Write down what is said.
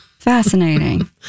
fascinating